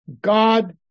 God